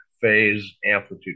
phase-amplitude